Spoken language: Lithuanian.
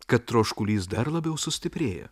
kad troškulys dar labiau sustiprėjo